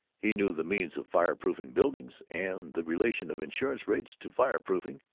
he knew the means of fire-proofing buildings and the relation of insurance-rates to fire-proofing,